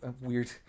weird